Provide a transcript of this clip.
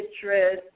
citrus